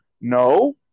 no